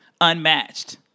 unmatched